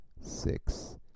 six